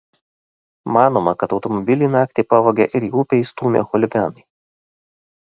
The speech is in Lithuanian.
manoma kad automobilį naktį pavogė ir į upę įstūmė chuliganai